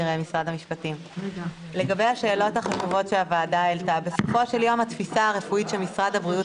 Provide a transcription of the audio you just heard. משהו לגבי ההגדרה של עובד השוהה בבידוד.